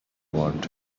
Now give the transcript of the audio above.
want